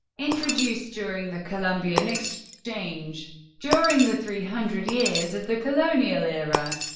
introduced during the columbian exchange. during the three hundred years of the colonial era,